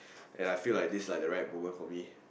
and I feel like this is like the right moment for me